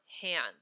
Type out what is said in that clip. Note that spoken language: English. hands